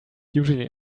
usually